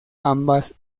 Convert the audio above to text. ambas